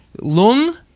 lung